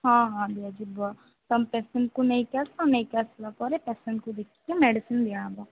ହଁ ହଁ ଦିଆଯିବ ତମେ ପେସେଣ୍ଟକୁ ନେଇକି ଆସ ନେଇକି ଆସିଲା ପରେ ପେସେଣ୍ଟକୁ ଦେଖିକି ମେଡ଼ିସନ୍ ଦିଆହବ